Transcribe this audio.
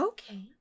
Okay